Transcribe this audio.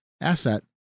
asset